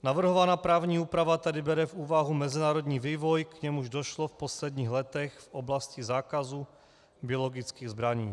Navrhovaná právní úprava tedy bere v úvahu mezinárodní vývoj, k němuž došlo v posledních letech v oblasti zákazu biologických zbraní.